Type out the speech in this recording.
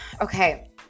Okay